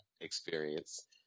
experience